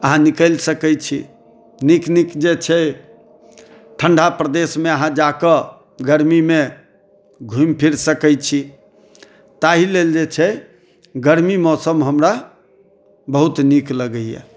अहाँ निकलि सकैत छी नीक नीक जे छै ठण्डा प्रदेशमे अहाँ जाके गरमीमे घूमि फिर सकैत छी ताहि लेल जे छै गरमी मौसम हमरा बहुत नीक लगैया